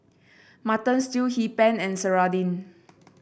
Mutton Stew Hee Pan and serunding